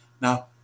Now